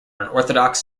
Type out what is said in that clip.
unorthodox